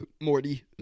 Morty